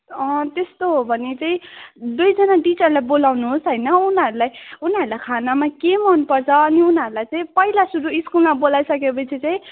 त्यस्तो हो भने चाहिँ दुईजना टिचरलाई बोलाउनुहोस् होइन उनीहरूलाई उनीहरूलाई खानामा के मनपर्छ अनि उनीहरूलाई चाहिँ पहिला सुरु स्कुलमा बोलाइसकेपछि चाहिँ